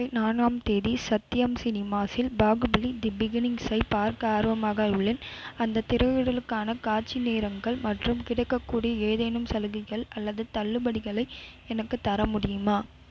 ஜூலை நாலாம் தேதி சத்யம் சினிமாஸில் பாகுபலி தி பிகின்னிங்ஸைப் பார்க்க ஆர்வமாக உள்ளேன் அந்தத் திரையிடலுக்கான காட்சி நேரங்கள் மற்றும் கிடைக்கக்கூடிய ஏதேனும் சலுகைகள் அல்லது தள்ளுபடிகளை எனக்குத் தர முடியுமா